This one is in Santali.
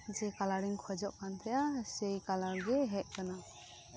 ᱡᱮ ᱠᱟᱞᱟᱨ ᱤᱧ ᱠᱷᱚᱡᱚᱜ ᱠᱟᱱ ᱛᱟᱦᱮᱸ ᱥᱮ ᱠᱟᱞᱟᱨ ᱜᱮ ᱦᱮᱡ ᱟᱠᱟᱱᱟ